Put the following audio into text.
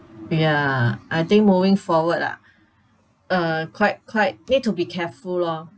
ya I think moving forward ah uh quite quite need to be careful loh